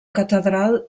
catedral